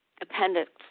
appendix